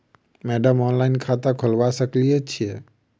Madam online खाता खोलबा सकलिये छीयै?